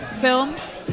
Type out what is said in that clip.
films